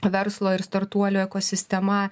verslo ir startuolių ekosistema